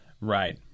Right